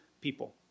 people